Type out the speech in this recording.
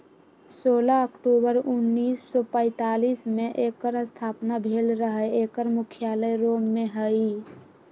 सोलह अक्टूबर उनइस सौ पैतालीस में एकर स्थापना भेल रहै एकर मुख्यालय रोम में हइ